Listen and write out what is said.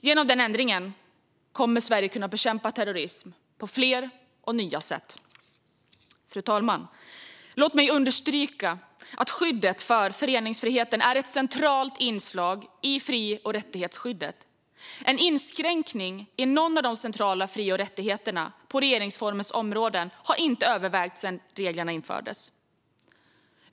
Genom den ändringen kommer Sverige att kunna bekämpa terrorism på fler och nya sätt. Fru talman! Låt mig understryka att skyddet för föreningsfriheten är ett centralt inslag i fri och rättighetsskyddet. En inskränkning i någon av de centrala fri och rättigheterna på regeringsformens områden har inte övervägts sedan reglerna infördes.